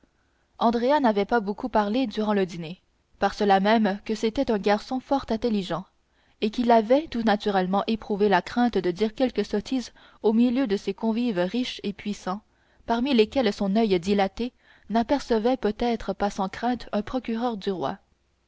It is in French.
n'avait pas beaucoup parlé durant le dîner par cela même que c'était un garçon fort intelligent et qu'il avait tout naturellement éprouvé la crainte de dire quelque sottise au milieu de ces convives riches et puissants parmi lesquels son oeil dilaté n'apercevait peut-être pas sans crainte un procureur du roi